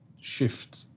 shift